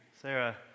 Sarah